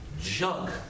junk